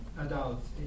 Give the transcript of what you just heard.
adults